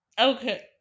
Okay